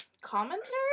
commentary